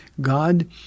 God